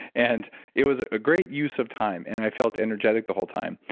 and it was a great use of time and i felt energetic the whole time.